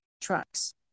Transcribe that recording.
trucks